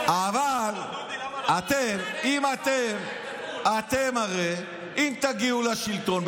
אבל הרי אם תגיעו לשלטון,